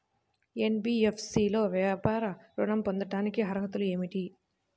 NBFC లో వ్యాపార ఋణం పొందటానికి అర్హతలు ఏమిటీ?